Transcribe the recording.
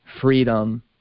freedom